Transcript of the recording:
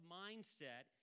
mindset